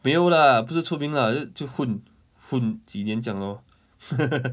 没有 lah 不是出名 lah 就是混混几年这样 lor